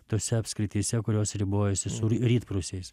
tose apskrityse kurios ribojasi su rytprūsiais